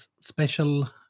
special